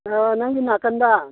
ꯑ ꯅꯪꯒꯤ ꯅꯥꯀꯟꯗ